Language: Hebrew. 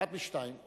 אחת משתיים,